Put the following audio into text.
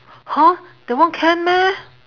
!huh! that one can meh